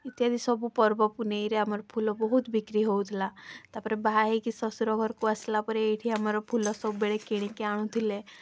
ଇତ୍ୟାଦି ସବୁ ପର୍ବ ପୁନେଇରେ ଆମର ଫୁଲ ବହୁତ ବିକ୍ରି ହଉଥିଲା ତା'ପରେ ବାହା ହେଇକି ଶ୍ୱଶୁର ଘରକୁ ଆସଲା ପରେ ଏଇଠି ଆମର ଫୁଲ ସବୁବେଳେ କିଣିକି ଆଣୁଥିଲେ